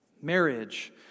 marriage